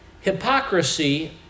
Hypocrisy